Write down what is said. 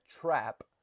trap